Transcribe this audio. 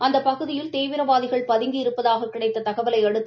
அந்த பகுதியில் தீவிரவாதிகள் பதுங்கி இருப்பதாகக் கிடைத்த தகவலையடுத்து